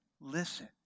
listen